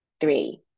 three